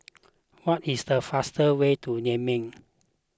what is the fastest way to Niamey